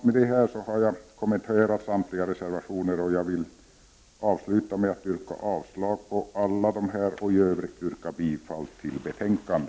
Med det här har jag kommenterat samtliga reservationer, och jag vill avsluta med att yrka avslag på alla dessa och i övrigt yrka bifall till hemställan i detta betänkande.